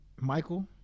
Michael